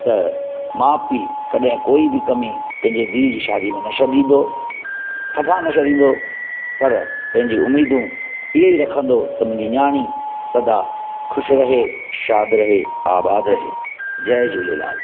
त माउ पीउ कॾहिं कोइ बि कमी पंहिंजे धीउ जी शादी में न छॾींदो सफ़ा न छॾींदो पर पंहिंजी उमेंदूं ईंअ ई रखंदो त मुंहिंजी नियाणी सदा ख़ुशि रहे शाद रहे आबाद जय झूलेलाल